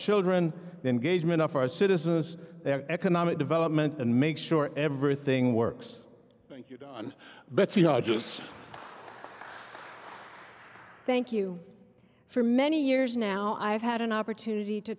children the engagement of our citizens their economic development and make sure everything works but you know just thank you for many years now i've had an opportunity to